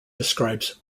describes